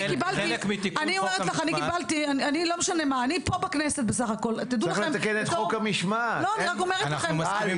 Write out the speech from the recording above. צריך לתקן את חוק המשמעת, כדי שיהיה ניתן